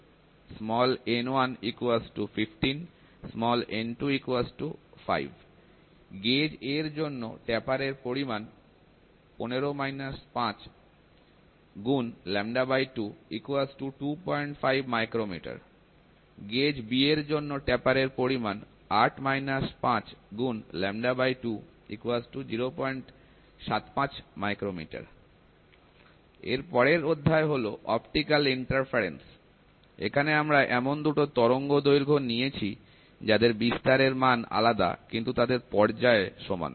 n1 15 n25 gauge A এর জন্য taper এর পরিমাণ 15 - 5 × 225 µm গেজ B এর জন্য টেপার এর পরিমাণ × 2075 μm এরপরের অধ্যায় হল অপটিক্যাল ইন্টারফারেন্স এখানে আমরা এমন দুটো তরঙ্গদৈর্ঘ্য নিয়েছি যাদের বিস্তারের মান আলাদা কিন্তু তাদের পর্যায় সমান